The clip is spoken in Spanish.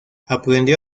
aprendió